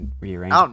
rearrange